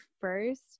first